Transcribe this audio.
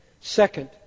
Second